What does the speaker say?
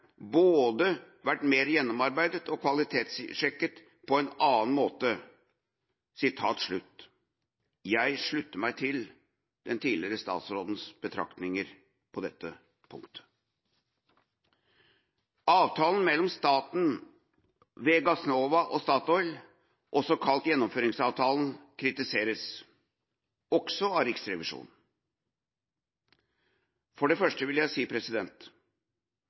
både gjennomarbeidet og kvalitetsjekket på en helt annen måte.» Jeg slutter meg til den tidligere statsrådens betraktninger på dette punktet. Avtalen mellom staten, ved Gassnova, og Statoil, også kalt Gjennomføringsavtalen, kritiseres – også av Riksrevisjonen. For det første vil jeg si: